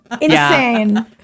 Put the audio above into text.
Insane